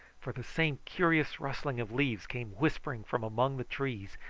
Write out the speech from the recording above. for the same curious rustling of leaves came whispering from among the trees,